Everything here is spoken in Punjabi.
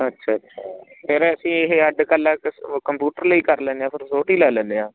ਅੱਛਾ ਅੱਛਾ ਫਿਰ ਅਸੀਂ ਇਹ ਅੱਡ ਇਕੱਲਾ ਕੰਪਿਊਟਰ ਲਈ ਕਰ ਲੈਂਦੇ ਹਾਂ ਫਿਰ ਛੋਟੀ ਲੈ ਲੈਂਦੇ ਹਾਂ